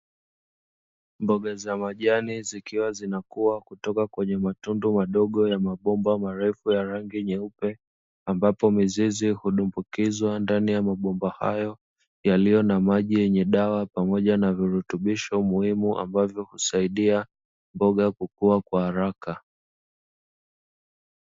Mboga za majani zikiwa zinakuwa kutoka kwenye matundu madogo ya mabomba marefu ya rangi nyeupe, ambapo mizizi hudumbukizwa ndani ya mabomba hayo yaliyo na maji yenye dawa pamoja na virutubisho muhimu ambavyo husaidia mboga kukua kwa haraka.